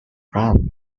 run